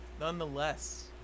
Nonetheless